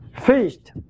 feast